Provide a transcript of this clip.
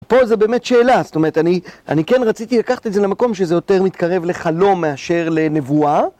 פה זו באמת שאלה, זאת אומרת, אני, אני כן רציתי לקחת את זה למקום שזה יותר מתקרב לחלום מאשר לנבואה..